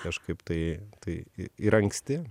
kažkaip tai tai ir anksti